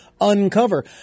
uncover